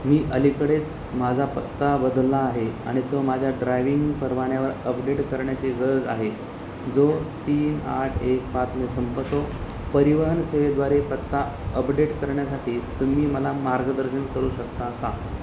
मी अलीकडेच माझा पत्ता बदलला आहे आणि तो माझ्या ड्रायव्हिंग परवान्यावर अपडेट करण्याची गरज आहे जो तीन आठ एक पाचने संपतो परिवहन सेवेद्वारे पत्ता अपडेट करण्यासाठी तुम्ही मला मार्गदर्शन करू शकता का